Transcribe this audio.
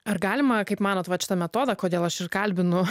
ar galima kaip manot vat šitą metodą kodėl aš ir kalbinu